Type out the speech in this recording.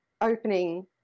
opening